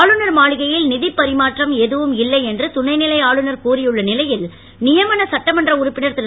ஆளுநர் மாளிகையில் நிதிப் பரிமாற்றம் எதுவுமில்லை என்று துணைநிலை ஆளுநர் கூறியுள்ள நிலையில் நியமன சட்டமன்ற உறுப்பினர் திரு